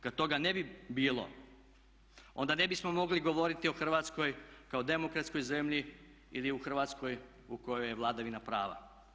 Kad toga ne bi bilo onda ne bismo mogli govoriti o Hrvatskoj kao demokratskoj zemlji ili o Hrvatskoj u kojoj je vladavina prava.